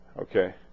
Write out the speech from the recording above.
okay